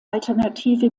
alternative